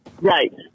Right